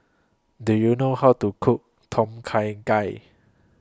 Do YOU know How to Cook Tom Kha Gai